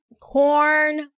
Corn